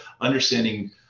understanding